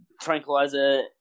tranquilizer